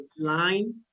line